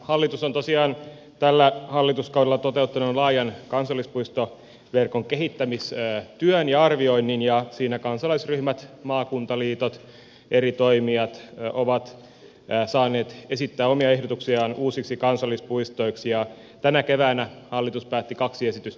hallitus on tosiaan tällä hallituskaudella toteuttanut laajan kansallispuistoverkon kehittämistyön ja arvioinnin ja siinä kansalaisryhmät maakuntaliitot eri toimijat ovat saaneet esittää omia ehdotuksiaan uusiksi kansallispuistoiksi ja tänä keväänä hallitus päätti tuoda eduskuntaan kaksi esitystä